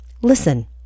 Listen